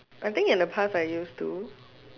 I think in the past I used to